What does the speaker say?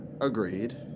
Agreed